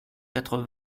quatre